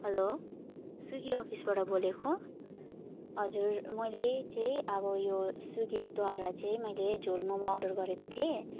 hello Swiggy अफिसबाट बोलेको हजुर मैले चाहिँ अब यो स्विगीद्वारा चाहिँ मैले झोल मोमो अर्डर गरेको थिएँ